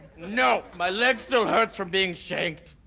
no my legs still hurt from being shaked.